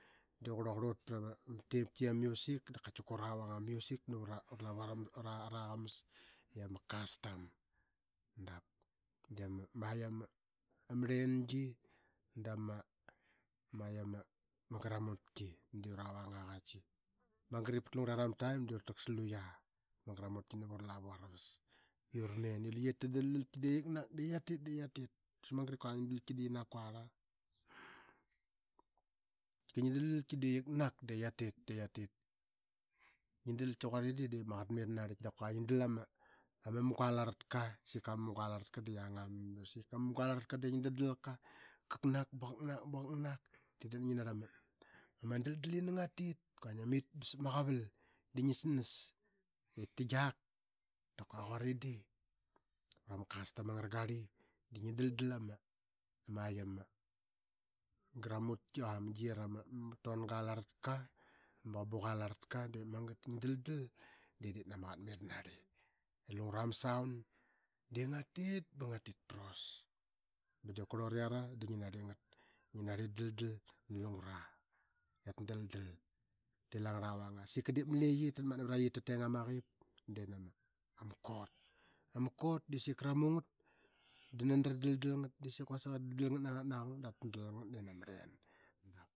Dii qarka qurlut pra ma temki ara music. Dap tika ura vang ama music navura lavu ara qamas i ama custom. Dap dii ama qi ama arlengi dama ma qia ma gramutki dii ura vang aa qaki magar ip pat lungurera ma taim da ura taksaluya ma gramutki navura lavu aravus. Ura men de da luye ta dadalki ip kiknak dii qiatit de qiatit quasik magat ip kua ngi qiatit de qiatit. Ngi dalki di di dip ma qaqet mi ranarli. Da kua ngi dal ama munga larlatka di sika mamunga larlatka de sika. Yanga ma music munga larltaka de ngi daldalkaba qaknak ba qaknak ba qaknak de dup ngia narli ama daldal ini ngat it. Kua ngi mit ba sav ma qaval dii ngi snas ta qiak da kua quari di vra ma custom angara qarli da ngi daldal ama qia ma gramutki. Qua ma gi qera ma longa laratka da qabiqa larkatka magat da ngia daldalka da diip ama qaqet mai rara narli lungura ma saun. Diip nga tit ba nga tit paras ba diip kurlut iara de dup ngia narli eratmatna vraqi ip ta teng ama qipde ma kot. Ama kot de sika ra mungat da nani radaldal ngat di quasik i ra daldal ngat na qang. Dap ta dal ngat nama arlen.